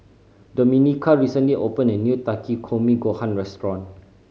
Domenica recently opened a new Takikomi Gohan Restaurant